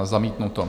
Zamítnuto.